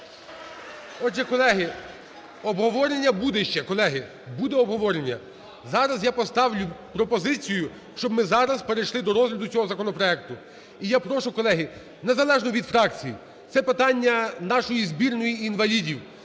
Отже, колеги, обговорення буде ще, колеги, буде обговорення. Зараз я поставлю пропозицію, щоб ми зараз перейшли до розгляду цього законопроекту. І я прошу, колеги, незалежно від фракцій, це питання нашої збірної і інвалідів,